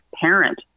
parent